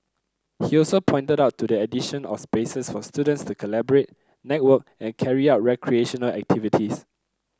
he also pointed to the addition of spaces for students to collaborate network and carry out recreational activities